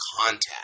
contact